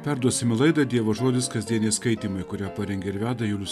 perduosime laidą dievo žodis kasdieniai skaitymai kurią parengė ir veda julius